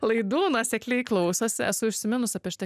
laidų nuosekliai klausosi esu užsiminus apie šitą